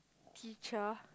teacher